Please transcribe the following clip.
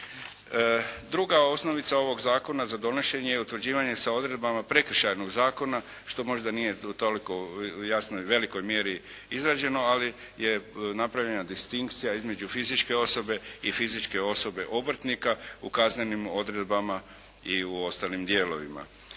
Druga osnovica ovog zakona za donošenje i utvrđivanje sa odredbama Prekršajnoga zakona što možda nije u toliko jasnoj velikoj mjeri izrađeno, ali je napravljena distinkcija između fizičke osobe i fizičke osobe obrtnika u kaznenim odredbama i u ostalim dijelovima.